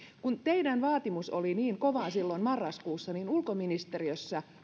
kun teidän vaatimus oli niin kova silloin marraskuussa niin ulkoministeriössä